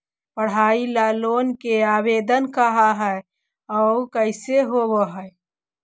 पढाई ल लोन के आवेदन कहा औ कैसे होब है?